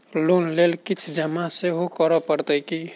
Loan लेल किछ जमा सेहो करै पड़त की?